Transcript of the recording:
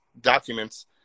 documents